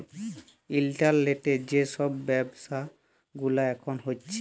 ইলটারলেটে যে ছব ব্যাব্ছা গুলা এখল হ্যছে